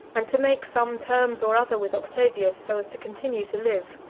and to make some terms or other with octavius, so as to continue to live.